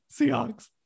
Seahawks